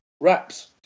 wraps